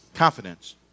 Confidence